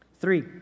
Three